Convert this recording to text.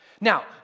Now